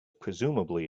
presumably